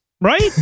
Right